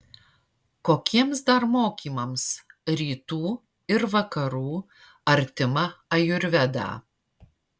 kokiems dar mokymams rytų ir vakarų artima ajurvedą